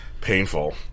Painful